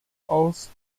aus